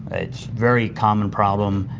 it's very common problem.